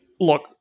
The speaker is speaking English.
Look